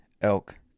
Elk